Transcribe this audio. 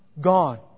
God